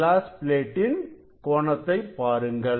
class பிளேடின் கோணத்தை பாருங்கள்